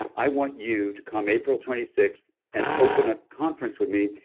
i want you to come april twenty six and open a conference with me.